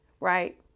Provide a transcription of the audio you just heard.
right